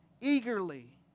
eagerly